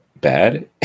bad